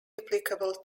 applicable